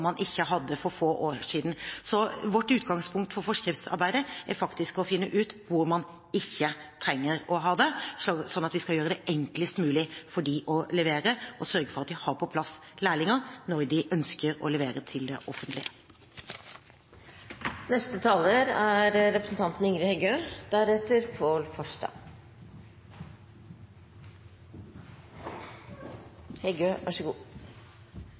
man ikke hadde det for få år siden. Vårt utgangspunkt for forskriftsarbeidet er å finne ut hvor man ikke trenger å ha det, sånn at vi skal gjøre det enklest mulig for dem å levere og sørge for at de har på plass lærlinger når de ønsker å levere til det offentlige. Ingen må vera i tvil om at vi i Arbeidarpartiet er